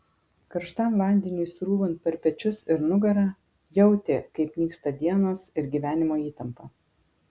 karštam vandeniui srūvant per pečius ir nugarą jautė kaip nyksta dienos ir gyvenimo įtampa